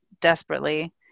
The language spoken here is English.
desperately